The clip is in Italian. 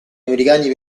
americani